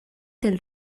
del